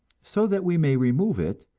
so that we may remove it,